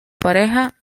pareja